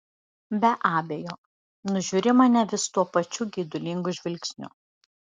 be abejo nužiūri mane vis tuo pačiu geidulingu žvilgsniu